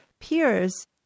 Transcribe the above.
peers